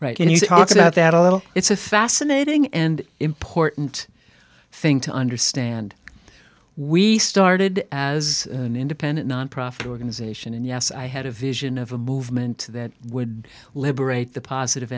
right and he talks about that a little it's a fascinating and important thing to understand we started as an independent nonprofit organization and yes i had a vision of a movement that would liberate the positive